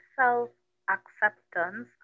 self-acceptance